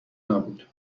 نبود